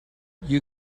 you